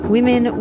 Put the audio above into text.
Women